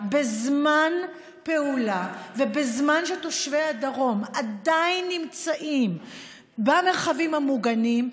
בזמן פעולה ובזמן שתושבי הדרום עדיין נמצאים במרחבים המוגנים,